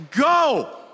go